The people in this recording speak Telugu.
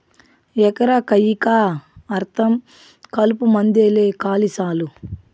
ఎకరా కయ్యికా అర్థం కలుపుమందేలే కాలి సాలు